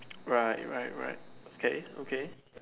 right right right okay okay